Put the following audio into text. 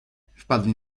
wpadli